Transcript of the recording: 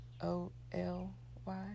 O-L-Y